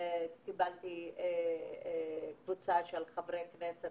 קיבלתי חברי כנסת